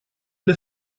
для